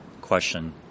question